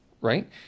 right